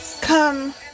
come